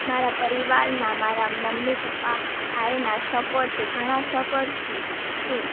મારા પરિવારના મારાં મમ્મી પપ્પા ભાઈના સપોર્ટથી ઘણા સપોર્ટથી ઇ